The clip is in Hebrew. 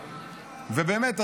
ובאמת,